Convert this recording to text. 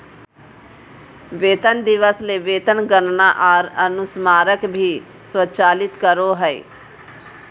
वेतन दिवस ले वेतन गणना आर अनुस्मारक भी स्वचालित करो हइ